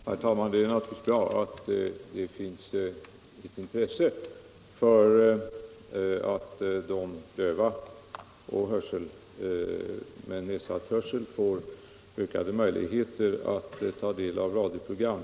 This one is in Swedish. Herr talman! Det är naturligtvis bra att det finns ett intresse för att de döva och de som har nedsatt hörsel får ökade möjligheter att ta del av radioprogram.